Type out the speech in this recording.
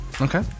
Okay